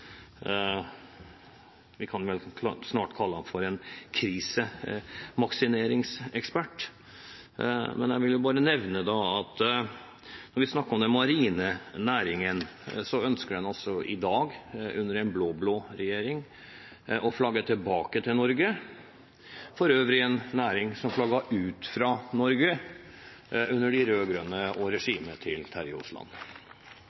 vi kan vel snart kalle ham for en krisemaksimeringsekspert. Men jeg vil bare nevne at når vi snakker om den marine næringen, ønsker en altså i dag, under en blå-blå regjering, å flagge tilbake til Norge – for øvrig en næring som flagget ut fra Norge under de rød-grønne og regimet til Terje